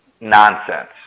nonsense